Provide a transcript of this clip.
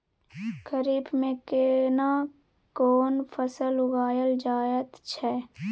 खरीफ में केना कोन फसल उगायल जायत छै?